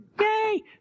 yay